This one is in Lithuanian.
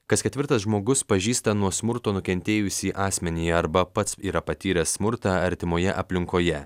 kas ketvirtas žmogus pažįsta nuo smurto nukentėjusį asmenį arba pats yra patyręs smurtą artimoje aplinkoje